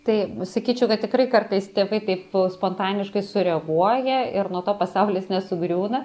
tai sakyčiau kad tikrai kartais tėvai taip spontaniškai sureaguoja ir nuo to pasaulis nesugriūna